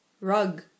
Rug